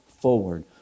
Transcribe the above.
forward